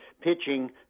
pitching